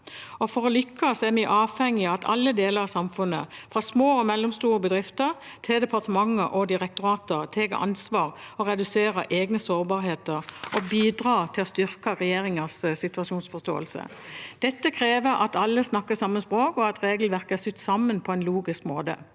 For å lykkes er vi avhengige av at alle deler av samfunnet, fra små og mellomstore bedrifter til departementer og direktorater, tar ansvar, reduserer egne sårbarheter og bidrar til å styrke regjeringens situasjonsforståelse. Det krever at alle snakker samme språk, og at regelverket er sydd sammen på en logisk måte.